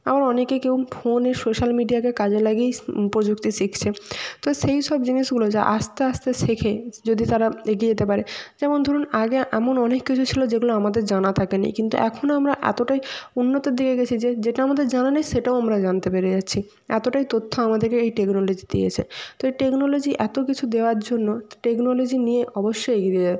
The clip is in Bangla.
আবার অনেকেই কেউ ফোনে সোশ্যাল মিডিয়াকে কাজে লাগিয়েই স প্রযুক্তি শিখছে তো সেই সব জিনিসগুলো যা আস্তে আস্তে শেখে যদি তারা এগিয়ে যেতে পারে যেমন ধরুন আগে এমন অনেক কিছু ছিলো যেগুলো আমাদের জানা থাকে নি কিন্তু এখনও আমরা এতটাই উন্নতির দিকে গেছি যে যেটা আমাদের জানা নেই সেটাও আমরা জানতে পেরে যাচ্ছি এতটাই তথ্য আমাদেরকে এই টেকনোলজি দিয়েছে তো এই টেকনোলজি এত কিছু দেওয়ার জন্য টেকনোলজি নিয়ে অবশ্যই এগিয়ে